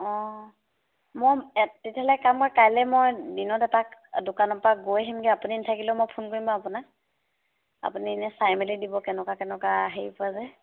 অঁ মই তেতিয়াহ'লে কাম ম কাইলে মই দিনত এপাক দোকানৰ পৰা গৈ আহিমগৈ আপুনি নাথাকিলেও মই ফোন কৰিম বাৰু আপোনাক আপুনি এনেই চাই মেলি দিব কেনেকুৱা কেনেকুৱা হেৰি পোৱা যায়